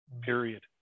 Period